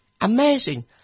amazing